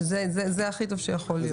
שזה הכי טוב שיכול להיות.